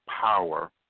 power